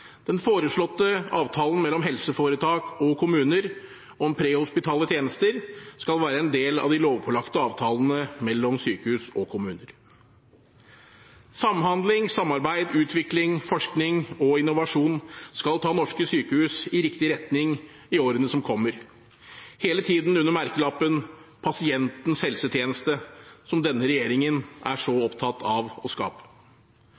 Den foreslåtte avtalen mellom helseforetak og kommuner om prehospitale tjenester skal være en del av de lovpålagte avtalene mellom sykehus og kommuner. Samhandling, samarbeid, utvikling, forskning og innovasjon skal ta norske sykehus i riktig retning i årene som kommer, hele tiden under merkelappen «pasientens helsetjeneste», som denne regjeringen er så opptatt av å skape.